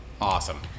awesome